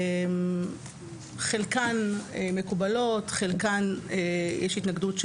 חלקן מקובלות ולחלקן יש התנגדות מצד